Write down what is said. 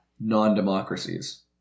non-democracies